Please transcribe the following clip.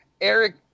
Eric